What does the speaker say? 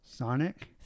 Sonic